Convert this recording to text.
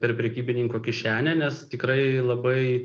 per prekybininko kišenę nes tikrai labai